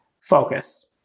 focus